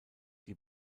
die